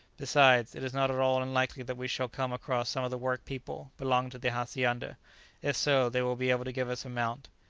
besides, it is not at all unlikely that we shall come across some of the workpeople belonging to the hacienda if so, they will be able to give us a mount.